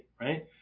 right